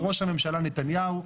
ראש הממשלה נתניהו.